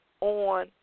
on